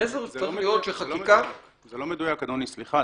המסר צריך להיות שחקיקה -- אדוני סליחה,